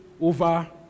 over